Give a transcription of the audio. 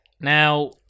Now